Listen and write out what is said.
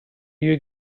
you